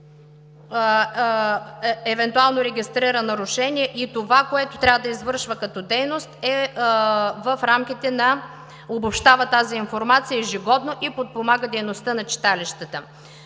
евентуално регистрира нарушения и това, което трябва да извършва като дейност, е, че ежегодно обобщава тази информация и подпомага дейността на читалищата.